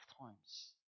times